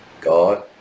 god